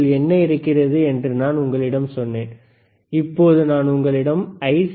க்குள் என்ன இருக்கிறது என்று நான் உங்களிடம் சொன்னேன் இப்போது நான் உங்களிடம் ஐ